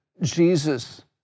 Jesus